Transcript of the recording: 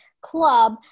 club